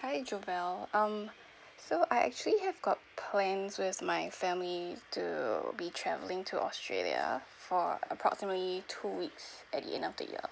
hi jobelle um so I actually have got plans with my family to be travelling to australia for approximately two weeks at the end of the year